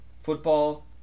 Football